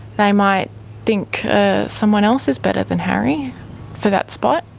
they might think someone else is better than harry for that spot.